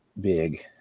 big